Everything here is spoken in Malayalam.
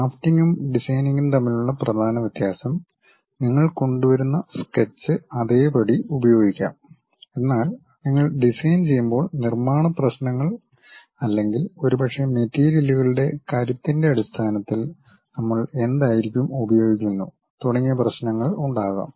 ഡ്രാഫ്റ്റിംഗും ഡിസൈനിംഗും തമ്മിലുള്ള പ്രധാന വ്യത്യാസംനിങ്ങൾ കൊണ്ടുവരുന്ന സ്കെച്ച് അതേപടി ഉപയോഗിക്കാം എന്നാൽ നിങ്ങൾ ഡിസൈൻ ചെയ്യുമ്പോൾ നിർമ്മാണ പ്രശ്നങ്ങൾ അല്ലെങ്കിൽ ഒരുപക്ഷേ മെറ്റീരിയലുകളുടെ കരുത്തിന്റെ അടിസ്ഥാനത്തിൽ നമ്മൾ എന്തായിരിക്കും ഉപയോഗിക്കുന്നു തുടങ്ങിയ പ്രശ്നങ്ങൾ ഉണ്ടാകാം